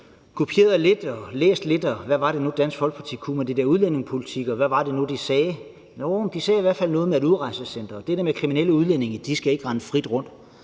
kopieret lidt og læst lidt, og hvad var det nu, Dansk Folkeparti kunne med den der udlændingepolitik, og hvad var det nu, de sagde? Jo, de sagde i hvert fald noget med et udrejsecenter og det der med, at kriminelle udlændinge ikke skal rende frit rundt.